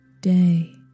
day